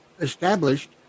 established